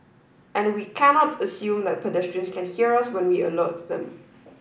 and we cannot assume that pedestrians can hear us when we alert them